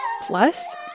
Plus